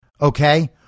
Okay